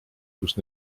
kus